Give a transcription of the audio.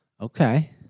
Okay